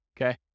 okay